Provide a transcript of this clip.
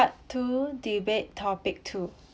two debate topic two